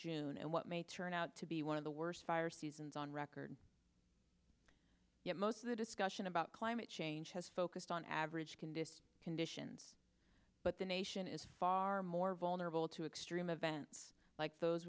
june and what may turn out to be one of the worst fire seasons on record yet most of the discussion about climate change has focused on average can destroy conditions but the nation is far more vulnerable to extreme events like those